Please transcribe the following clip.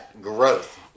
growth